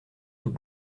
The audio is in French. tout